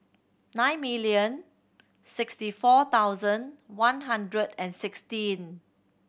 nine million sixty four thousand one hundred and sixteen